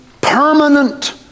permanent